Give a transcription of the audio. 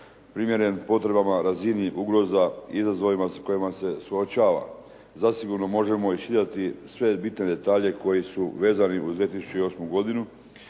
primjeren potrebama, razini ugroza, izazovima s kojima se suočava, zasigurno možemo iščitati sve bitne detalje koji su vezani uz 2008. godini